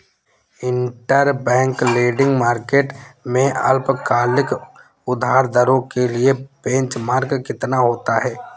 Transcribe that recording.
Interbank lending market में अल्पकालिक उधार दरों के लिए बेंचमार्क कितना होता है?